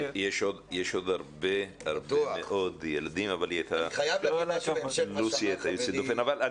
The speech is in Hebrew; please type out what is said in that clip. יש עוד הרבה מאוד ילדים אבל לוסי יוצאת דופן כי